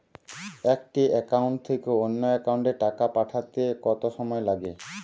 একটি একাউন্ট থেকে অন্য একাউন্টে টাকা পাঠাতে কত সময় লাগে?